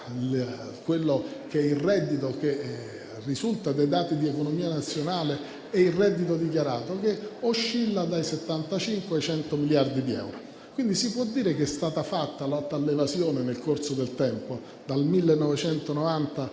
quello che è il reddito che risulta dai dati di economia nazionale e il reddito dichiarato) che oscilla tra i 75 e i 100 miliardi di euro. Si può dire, quindi, che è stata fatta lotta all'evasione nel corso del tempo, dal 1990 al